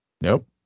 Nope